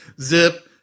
zip